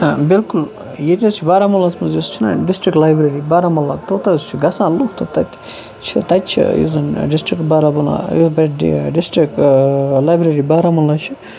بِلکُل ییٚتہِ حظ چھُ بارہمولاہَس منٛز یُس چھُنہ ڈِسٹرکہٕ لابریری باراہمولَہ توت حظ چھُ گَژھان لُکھ تہٕ تَتہِ چھِ یُس زَن ڈِسٹِرٛک بارہمولَہ گوٚو تَتہِ ڈِسٹِرٛک لابریری بارہمولَہ چھ